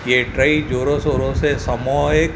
इहे टई ज़ोरो शोरो सां समूहिक